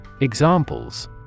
Examples